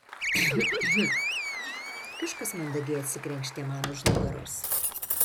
hm hm kažkas mandagiai atsikrenkštė man už nugaros